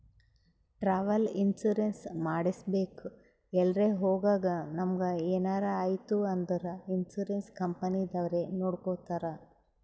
travel insurance ಮಾಡಿಸ್ಬೇಕ್ ಎಲ್ರೆ ಹೊಗಾಗ್ ನಮುಗ ಎನಾರೆ ಐಯ್ತ ಅಂದುರ್ ಇನ್ಸೂರೆನ್ಸ್ ಕಂಪನಿದವ್ರೆ ನೊಡ್ಕೊತ್ತಾರ್